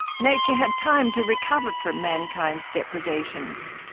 nature had time to recover from mankind's depredations.